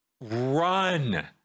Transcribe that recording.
run